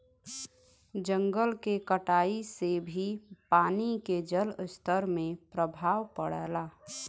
जंगल के कटाई से भी पानी के जलस्तर में प्रभाव पड़ला